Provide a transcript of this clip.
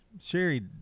Sherry